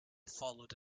followed